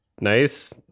nice